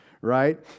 right